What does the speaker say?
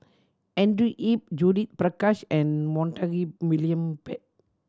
Andrew Yip Judith Prakash and Montague William Pett